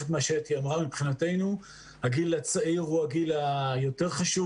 מבחינתנו הגיל הצעיר הוא הגיל היותר חשוב